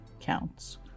counts